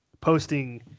posting